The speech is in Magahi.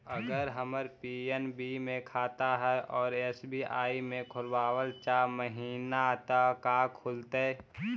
अगर हमर पी.एन.बी मे खाता है और एस.बी.आई में खोलाबल चाह महिना त का खुलतै?